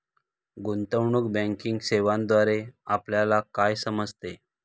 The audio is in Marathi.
गुंतवणूक बँकिंग सेवांद्वारे आपल्याला काय समजते?